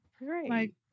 Right